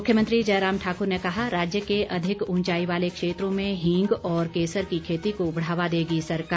मुख्यमंत्री जयराम ठाक्र ने कहा राज्य के अधिक उंचाई वाले क्षेत्रों में हींग और केसर की खेती को बढ़ावा देगी सरकार